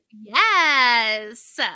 Yes